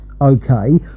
okay